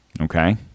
Okay